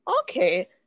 okay